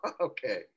okay